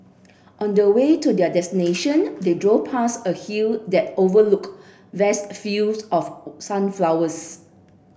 on the way to their destination they drove past a hill that overlooked vast fields of sunflowers